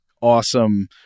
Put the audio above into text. awesome